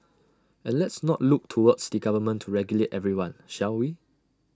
and let's not look towards the government to regulate everyone shall we